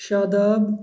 شاداب